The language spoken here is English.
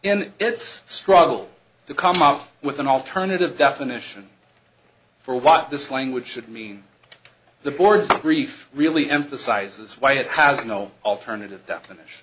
in its struggle to come up with an alternative definition for watt this language should mean the board's brief really emphasizes why it has no alternative definition